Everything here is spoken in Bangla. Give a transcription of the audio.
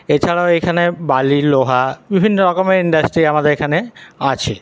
এছাড়াও এখানে বালি লোহা বিভিন্ন রকমের ইন্ডাস্ট্রি আমাদের এখানে আছে